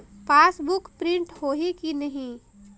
Passbook print होही कि नहीं?